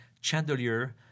chandelier